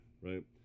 right